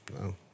No